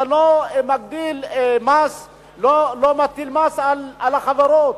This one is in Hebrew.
אתה לא מטיל מס על החברות.